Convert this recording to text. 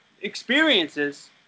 experiences